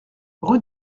rue